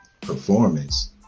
performance